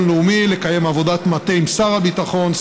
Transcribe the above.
לאומי לקיים עבודת מטה עם שר הביטחון,